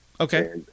Okay